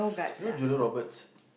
you know Julia-Roberts